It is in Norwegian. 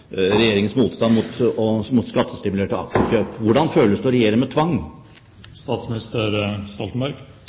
Regjeringens motstand mot skattestimulerte aksjekjøp. Hvordan føles det å regjere med